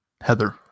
Heather